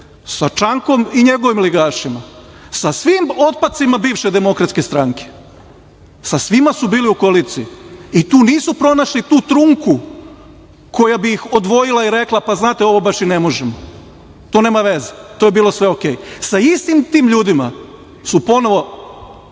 sa Čankom i njegovim ligašima, sa svim otpacima bivše demokratske stranke, sa svima su bili u koaliciji i tu nisu pronašli tu trunku koja bi ih odvojila i rekla - pa, znate ovo baš i ne možemo. To nema veze. To je bilo sve okej. Sa istim tim ljudima su ponovo,